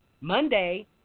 Monday